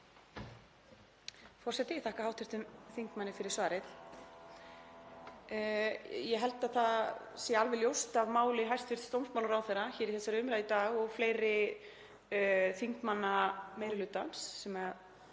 Forseti. Ég þakka hv. þingmanni fyrir svarið. Ég held að það sé alveg ljóst af máli hæstv. dómsmálaráðherra í þessari umræðu í dag og fleiri þingmanna meiri hlutans sem